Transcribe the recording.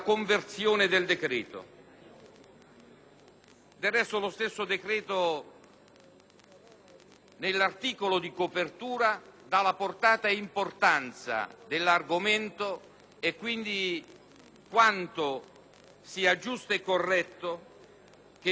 Del resto, lo stesso decreto, nell'articolo di copertura, mostra la portata e l'importanza dell'argomento e di quanto sia giusto e corretto che vi sia un approfondimento.